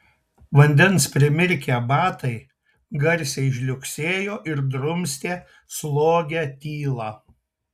vandens primirkę batai garsiai žliugsėjo ir drumstė slogią tylą